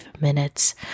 minutes